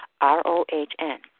R-O-H-N